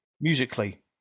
musically